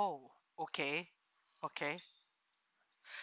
oh okay okay